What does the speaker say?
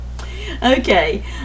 okay